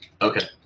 Okay